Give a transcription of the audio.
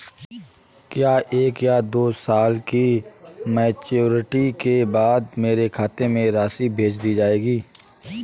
क्या एक या दो साल की मैच्योरिटी के बाद मेरे खाते में राशि भेज दी जाएगी?